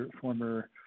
former